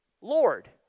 Lord